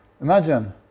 Imagine